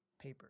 paper